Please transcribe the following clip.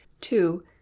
two